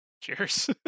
cheers